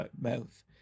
mouth